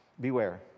Beware